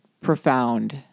profound